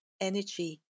energy